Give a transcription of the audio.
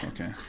okay